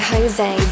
Jose